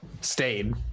stayed